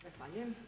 Zahvaljujem.